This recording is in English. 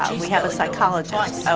and we have a psychologist, so